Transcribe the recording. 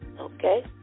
Okay